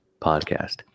Podcast